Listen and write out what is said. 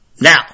Now